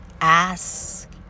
Ask